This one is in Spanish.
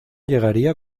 llegaría